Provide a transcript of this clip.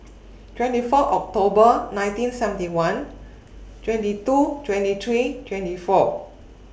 twenty four October nineteen seventy one twenty two twenty three twenty four